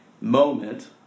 moment